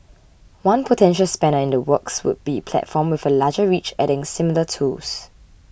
one potential spanner in the works would be platform with a larger reach adding similar tools